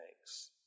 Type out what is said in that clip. thanks